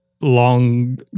long